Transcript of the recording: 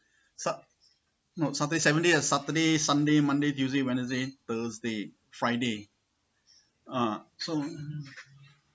sat~ no saturday seven day ah saturday sunday monday tuesday wednesday thursday friday ah so